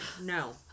No